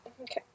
Okay